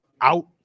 out